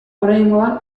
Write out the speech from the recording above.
oraingoan